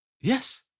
Yes